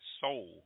soul